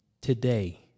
today